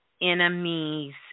enemies